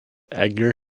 edgar